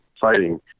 fighting